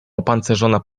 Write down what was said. opancerzona